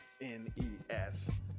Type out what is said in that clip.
N-E-S